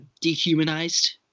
dehumanized